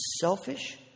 selfish